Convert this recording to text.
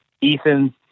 Ethan